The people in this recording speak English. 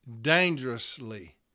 dangerously